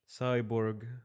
Cyborg